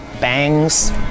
bangs